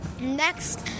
Next